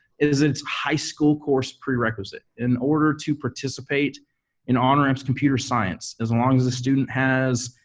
is it's high school course prerequisite. in order to participate in onramps computer science, as long as a student has